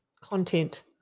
content